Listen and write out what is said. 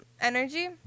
energy